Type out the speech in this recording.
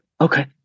Okay